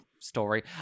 story